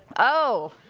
oh,